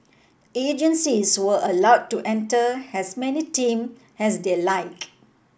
agencies were allowed to enter as many team as they liked